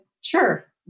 sure